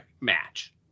match